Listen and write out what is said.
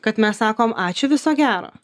kad mes sakom ačiū viso gero